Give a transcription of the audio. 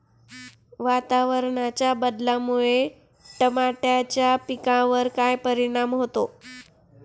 वातावरणाच्या बदलामुळे टमाट्याच्या पिकावर काय परिणाम होतो?